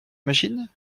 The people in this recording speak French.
machines